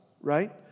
right